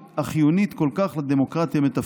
החיונית כל כך לדמוקרטיה מתפקדת.